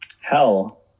Hell